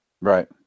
Right